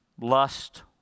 Lust